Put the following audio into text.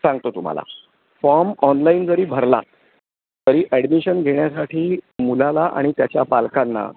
सांगतो तुम्हाला form online जरी भरला तरी ॲडमिशन घेण्यासाठी मुलाला आणि त्याच्या पालकांना